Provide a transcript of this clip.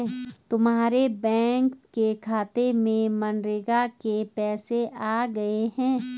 तुम्हारे बैंक के खाते में मनरेगा के पैसे आ गए हैं